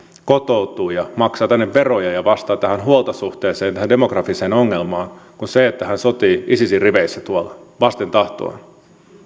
kotoutuu ja maksaa tänne veroja ja vastaa tähän huoltosuhteeseen tähän demografiseen ongelmaan kuin se että hän sotii isisin riveissä tuolla vasten tahtoaan